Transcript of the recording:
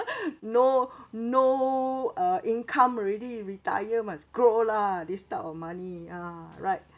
no no uh income already retire must grow lah this type of money ah right